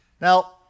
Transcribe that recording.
Now